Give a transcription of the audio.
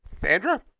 Sandra